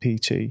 PT